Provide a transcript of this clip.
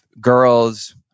girls